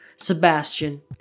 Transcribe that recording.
Sebastian